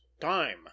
time